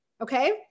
Okay